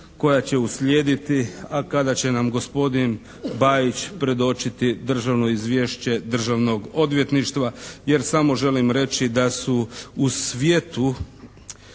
koja će uslijediti a kada će nam gospodin Bajić predočiti državno izvješće Državnog odvjetništva jer samo želim reći da su u svijetu